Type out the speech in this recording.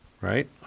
right